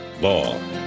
law